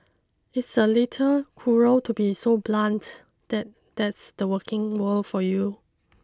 it's a little cruel to be so blunt that that's the working world for you